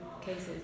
cases